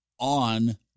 on